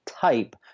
type